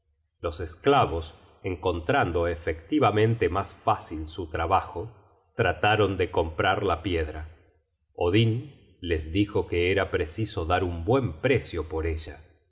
los esclavos encontrando efectivamente mas fácil su trabajo trataron de comprar la piedra odin les dijo que era preciso dar un buen precio por ella